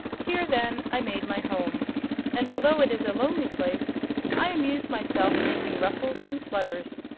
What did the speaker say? here, then, i made my home and although it is a lonely place i amuse myself making rustles and flutters,